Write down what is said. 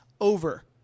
over